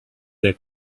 their